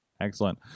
Excellent